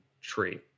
tree